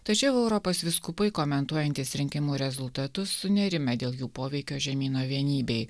tačiau europos vyskupai komentuojantys rinkimų rezultatus sunerimę dėl jų poveikio žemyno vienybei